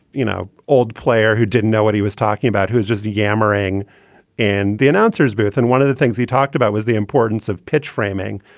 you know, old player who didn't know what he was talking about? who's just yammering in the announcer's booth? and one of the things he talked about was the importance of pitch framing.